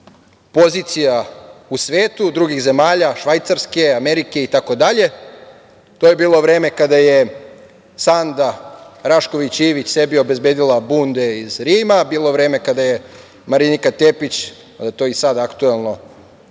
pozicija u svetu, drugih zemalja Švajcarske, Amerike itd. To je bilo vreme kada je Sanda Rašković Ivić sebi obezbedila bunde iz Rima. To je bilo vreme kada je Marinika Tepić, mada je to i sada aktuelno,